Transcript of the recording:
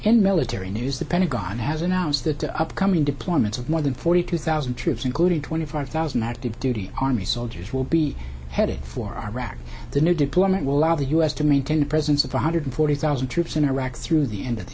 in military news the pentagon has announced that the upcoming deployments of more than forty two thousand troops including twenty five thousand active duty army soldiers will be headed for iraq the new deployment will allow the u s to maintain a presence of one hundred forty thousand troops in iraq through the end of the